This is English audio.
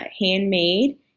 handmade